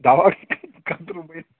دوا کَترٕ بنیٛا